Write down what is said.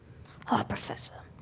ah professor,